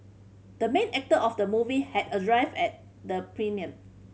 the main actor of the movie had arrived at the premiere